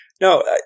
No